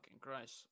christ